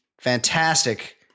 Fantastic